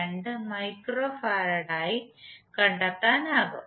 2 മൈക്രോഫറാഡായി കണ്ടെത്താനാകും